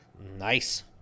Nice